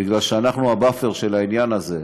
מפני שאנחנו הבאפר של העניין הזה.